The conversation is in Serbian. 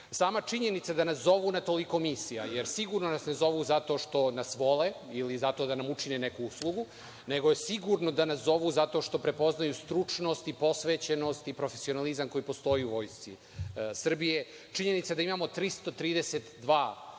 Sama činjenica da nas zovu na toliko misija, jer sigurno nas ne zovu zato što nas vole ili zato da nam učine neku uslugu, nego je sigurno da nas zovu zato što prepoznaju stručnost i prosvećenost i profesionalizam koji postoji u Vojsci Srbije - činjenica da imamo 332 vojnika,